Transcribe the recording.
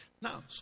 Now